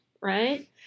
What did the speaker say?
Right